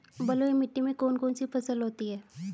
बलुई मिट्टी में कौन कौन सी फसल होती हैं?